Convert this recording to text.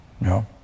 No